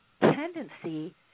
tendency